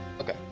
Okay